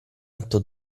atto